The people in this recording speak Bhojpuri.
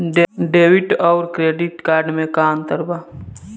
डेबिट आउर क्रेडिट कार्ड मे का अंतर बा?